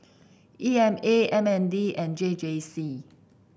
E M A M N D and J J C